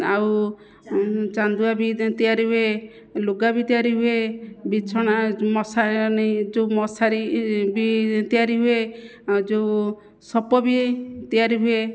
ଆଉ ଚାନ୍ଦୁଆ ବି ତିଆରି ହୁଏ ଲୁଗାବି ତିଆରି ହୁଏ ବିଛଣା ଯେଉଁ ମଶାରି ବି ତିଆରି ହୁଏ ଯେଉଁ ସପ ବି ତିଆରି ହୁଏ